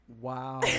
Wow